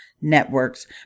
networks